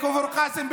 בכפר קאסם,